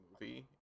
movie